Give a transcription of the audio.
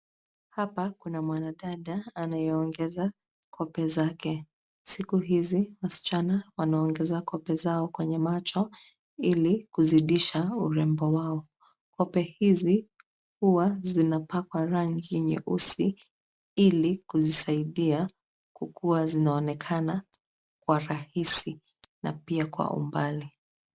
Hapa kuna mwanadada anayeongeza kupe zake. Siku hizi wasichana wanaongeza kupe zao kwenye macho ili kuzindisha urembo wao. Kupe hizi, huwa zinapakwa rangi nyeusi ili kuzisaidia kukuwa zinaokana kwa rahisi na pia kwa umbali.